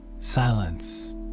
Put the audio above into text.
Silence